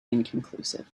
inconclusive